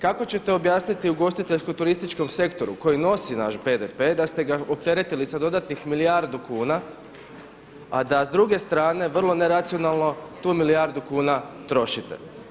Kako ćete objasniti ugostiteljsko-turističkom sektoru koji nosi naš BDP da ste ga opteretili sa dodatnih milijardu kuna, a da s druge strane vrlo neracionalno tu milijardu kuna trošite.